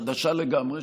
חדשה לגמרי,